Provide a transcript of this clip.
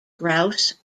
grouse